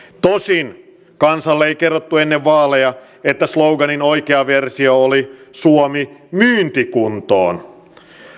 tosin kansalle ei kerrottu ennen vaaleja että sloganin oikea versio oli suomi myyntikuntoon